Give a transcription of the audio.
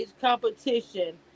competition